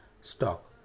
stock